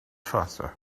faster